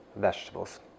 vegetables